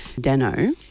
Dano